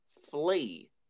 flee